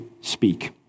speak